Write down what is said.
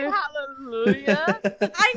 hallelujah